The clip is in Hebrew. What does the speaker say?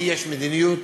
שלי יש מדיניות